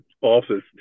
office